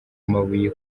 mabuye